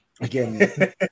again